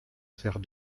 faire